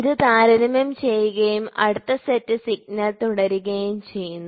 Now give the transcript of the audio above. ഇത് താരതമ്യം ചെയ്യുകയും അടുത്ത സെറ്റ് സിഗ്നൽ തുടരുകയും ചെയ്യുന്നു